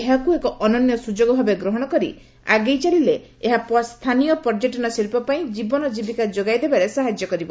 ଏହାକୁ ଏକ ଅନନ୍ୟ ସୁଯୋଗ ଭାବେ ଗ୍ରହଣ କରି ଆଗେଇ ଚାଲିଲେ ଏହା ସ୍ଥାନୀୟ ପର୍ଯ୍ୟଟନ ଶିଳ୍ପ ପାଇଁ ଜୀବନ ଜୀବିକା ଯୋଗାଇ ଦେବାରେ ସାହାଯ୍ୟ କରିବ